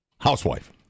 housewife